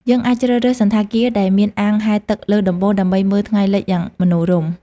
យើងអាចជ្រើសរើសសណ្ឋាគារដែលមានអាងហែលទឹកលើដំបូលដើម្បីមើលថ្ងៃលិចយ៉ាងមនោរម្យ។